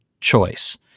choice